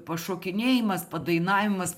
pašokinėjimas padainavimas